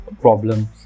problems